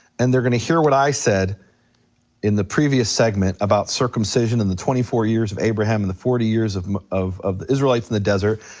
and they're gonna hear what i said in the previous segment about circumcision and the twenty four years of abraham and the forty years of of the israelites in the desert,